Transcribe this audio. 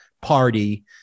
party